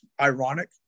ironic